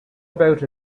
about